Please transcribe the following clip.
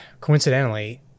coincidentally